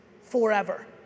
forever